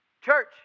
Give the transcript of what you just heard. Church